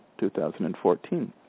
2014